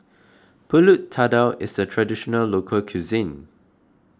Pulut Tatal is a Traditional Local Cuisine